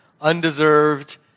undeserved